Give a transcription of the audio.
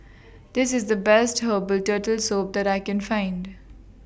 This IS The Best Herbal Turtle Soup that I Can Find